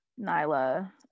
Nyla